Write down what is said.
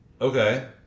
okay